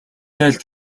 айлд